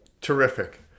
Terrific